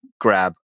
grab